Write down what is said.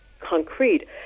concrete